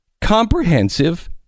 Comprehensive